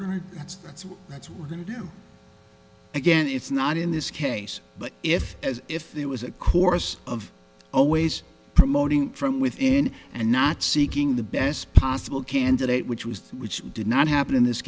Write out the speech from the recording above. what we're going to do again it's not in this case but if as if there was a course of always promoting from within and not seeking the best possible candidate which was which did not happen in this